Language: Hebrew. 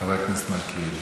חבר הכנסת מלכיאלי.